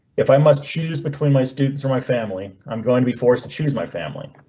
if i must choose between my students or my family, i'm going to be forced to choose my family,